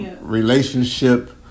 relationship